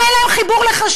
למה אין להם חיבור לחשמל?